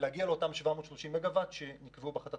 להגיע לאותם 730 מגה וואט שנקבעו בהחלטת